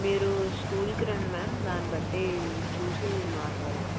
మీరు స్కూల్కి రండి మ్యామ్ దాన్ని బట్టి చూసి మాట్లాడదాము